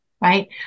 right